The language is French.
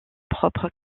propres